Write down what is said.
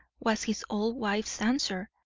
was his old wife's answer.